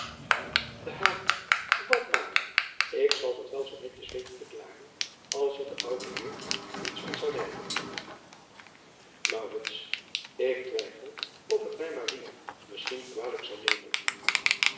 at maar ik zal dat wel zoo netjes weten te klaren dat er de oude eer niets van zal merken k twijfel of het mij misschien kwalijk zou nemen